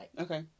Okay